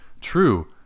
True